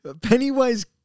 Pennywise